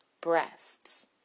breasts